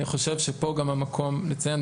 אני חושב שפה גם המקום לציין,